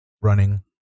running